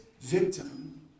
victim